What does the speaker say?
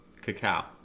Cacao